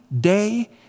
day